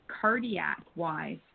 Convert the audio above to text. cardiac-wise